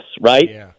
right